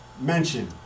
mention